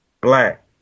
Black